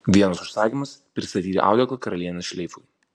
vienas užsakymas pristatyti audeklą karalienės šleifui